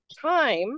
time